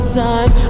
time